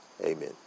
amen